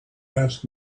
ask